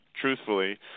Truthfully